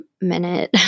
minute